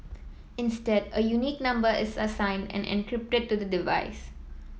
instead a unique number is assigned and encrypted to the device